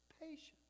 Patience